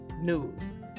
news